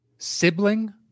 Sibling